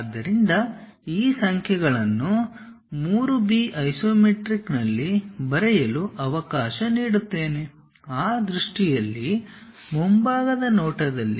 ಆದ್ದರಿಂದ ಈ ಸಂಖ್ಯೆಗಳನ್ನು 3 B ಐಸೊಮೆಟ್ರಿಕ್ನಲ್ಲಿ ಬರೆಯಲು ಅವಕಾಶ ನೀಡುತ್ತೇನೆ ಆ ದೃಷ್ಟಿಯಲ್ಲಿ ಮುಂಭಾಗದ ನೋಟದಲ್ಲಿ